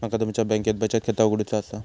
माका तुमच्या बँकेत बचत खाता उघडूचा असा?